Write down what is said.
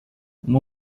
uma